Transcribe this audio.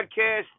Podcast